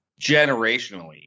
generationally